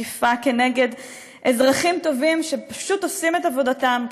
לתקיפת אזרחים טובים שפשוט עושים את עבודתם,